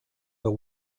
the